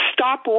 Stop